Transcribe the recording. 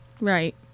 right